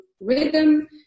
rhythm